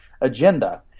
agenda